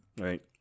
right